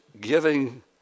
giving